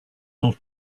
not